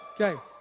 Okay